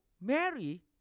Mary